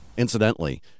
Incidentally